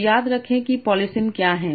तो याद रखें कि पोलीसिम क्या है